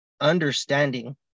understanding